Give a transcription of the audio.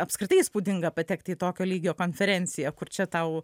apskritai įspūdinga patekti į tokio lygio konferenciją kur čia tau